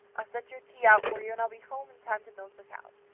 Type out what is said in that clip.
i'll set your tea out for you and i'll be home in time to milk the cows.